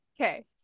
Okay